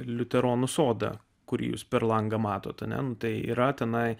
liuteronų sodą kurį jūs per langą matote ane nu tai yra tenai